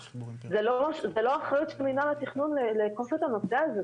זה לא אחריות של מינהל התכנון לאכוף את הנושא הזה.